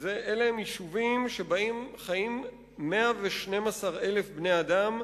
אלה יישובים שבהם חיים 112,000 בני-אדם,